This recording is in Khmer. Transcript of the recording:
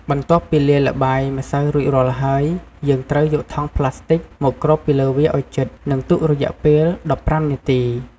បន្ទាប់ពីលាយល្បាយម្សៅរួចរាល់ហើយ យើងត្រូវយកថង់ប្លាស្ទិចមកគ្របពីលើវាឱ្យជិត និងទុករយៈពេល១៥នាទី។